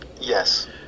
Yes